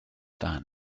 dan